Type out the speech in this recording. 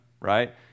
Right